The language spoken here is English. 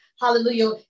Hallelujah